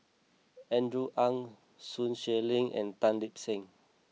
Andrew Ang Sun Xueling and Tan Lip Seng